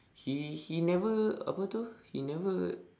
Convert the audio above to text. he he never apa itu he never